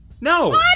No